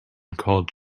called